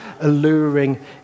alluring